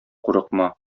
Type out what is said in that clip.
курыкма